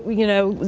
you know,